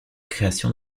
création